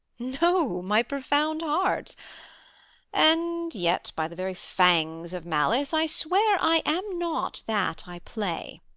no, my profound heart and yet, by the very fangs of malice i swear, i am not that i play.